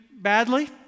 badly